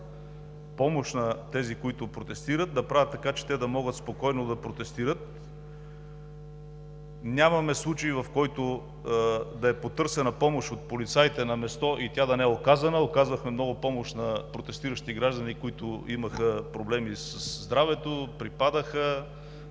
помощ на тези, които протестират, да правят така, че те да могат спокойно да протестират. Нямаме случай, в който да е потърсена помощ от полицаите на място и да не е оказана. Оказахме много помощ на протестиращи граждани, които имаха проблеми със здравето – припадаха,